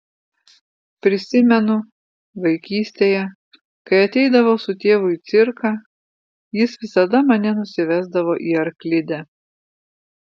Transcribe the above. prisimenu vaikystėje kai ateidavau su tėvu į cirką jis visada mane nusivesdavo į arklidę